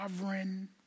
sovereign